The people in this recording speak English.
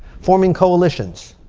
forming coalitions.